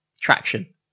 traction